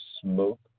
Smoke